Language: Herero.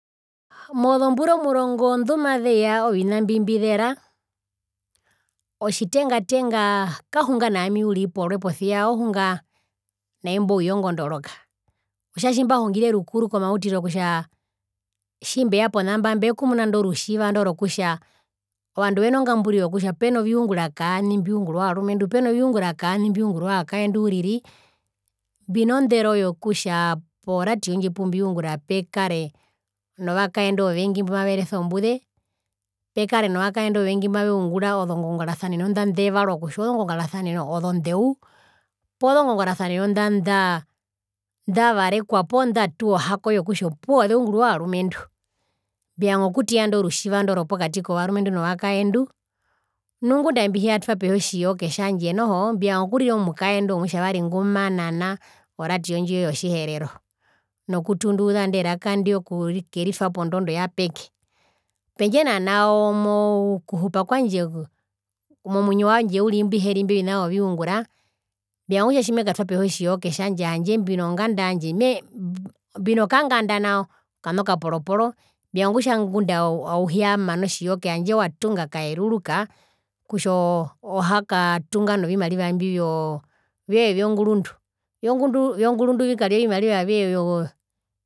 Mozombura omurongo ndumazeya ovina mbimbizera otjitenga tenga kahunga naami porwe posia ohunga naimbouye ongondoroka otja tjimbahungire rukuru komautiro kutja tjimbeya pona mba mbekumuna indo rutjiva rokutja ovandu veno ngamburiro yokutja peno viungura kaani mbiungurwa ovarumendu peviungura kaani mbiungrwa ovakaendu uriri mbino ndero yokutja poradio indji pumbiungura pekare novakaendu ovengi mbumaverese ombuze pekare novakaendu ovengi mbumaveungura ozongongorasaneno nda ndevarwa kutja ozongongoraseno ozondeu poo ozongongorasaneno inda ndaa ndavarekwa poo ndatuwa ohako yokutja opuwo zeungurwa ovarumendu mbivanga okuteya indo rutjiva ndo ropokati kovarumendu novakaendu nu ngunda ambihiyatwapehi otjiyoke tjandje noho mbivanga okurira omukaendu omutjavari ngumanana oradio ndji yotjiherero nokutunduuza inde raka ndi oku okuritwa pondondo yapeke. Pendje nanao mokuhupa kwandje uriri mbiheri imbi ovina vyo viungura mbivanga kutja tjimekatwapehi otjiyoke tjandje handje mbino nganda yandje mehee mbino kanganda nao okana okaporoporo mbivanga kutja ngunda auhiyamana otjiyoke handje watunga kaeruruka kutja oo ohakatunga novimariva imbi vyoo vywee vyongurundu, vyongurundu vikarire ovimariva vywee vyoo